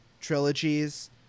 trilogies